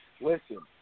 Listen